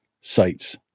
sites